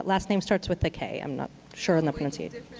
but last name starts with a k. i'm not sure on the pronunciation.